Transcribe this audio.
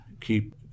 keep